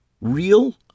Real